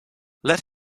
let